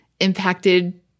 impacted